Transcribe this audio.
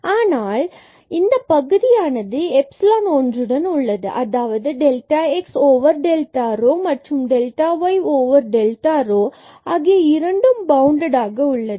ஆனால் இங்கு நாம் இந்தப் பகுதியானது எப்ஸிலோன் ஒன்றுடன் உள்ளது அதாவது delta x delta rho மற்றும் delta y delta rho ஆகிய இரண்டும் பவுண்டடாக உள்ளது